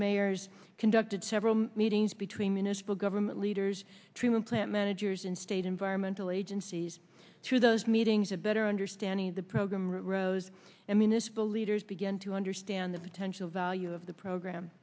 mayors conducted several meetings between municipal government leaders treatment plant managers and state environmental agencies to those meetings a better understanding of the program rose and municipal leaders began to understand the potential value of the program